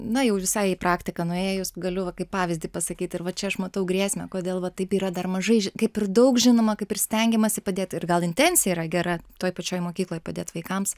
na jau visai į praktiką nuėjus galiu va kaip pavyzdį pasakyt ir va čia aš matau grėsmę kodėl va taip yra dar mažai ži kaip ir daug žinoma kaip ir stengiamasi padėti ir gal intencija yra gera toj pačioj mokykloj padėt vaikams